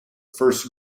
first